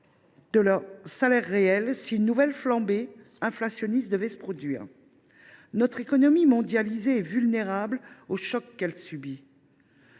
de leur salaire réel si une nouvelle flambée inflationniste devait se produire. Notre économie mondialisée est vulnérable aux chocs qu’elle subit.